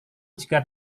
jika